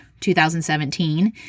2017